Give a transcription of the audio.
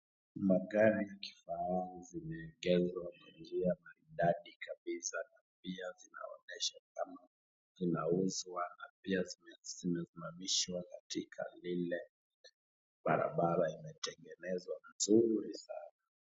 Magari ya kifahari zimeegeshwa kwa njia maridadi kabisa na pia zinaonyesha kama zinauzwa na pia zimesimamishwa katika lile barabara imetengenezwa vizuri sana.